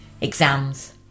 exams